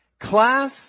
Class